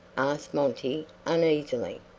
asked monty, uneasily.